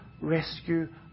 rescue